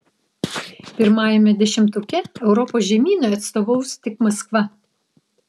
pirmajame dešimtuke europos žemynui atstovaus tik maskva